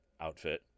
outfit